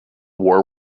war